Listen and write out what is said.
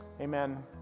Amen